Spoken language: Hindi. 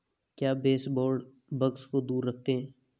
क्या बेसबोर्ड बग्स को दूर रखते हैं?